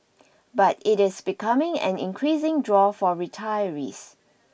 but it is becoming an increasing draw for retirees